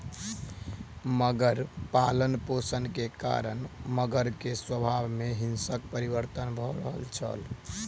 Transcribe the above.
मगर पालनपोषण के कारण मगर के स्वभाव में हिंसक परिवर्तन भ रहल छल